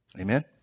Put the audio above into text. Amen